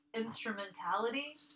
Instrumentality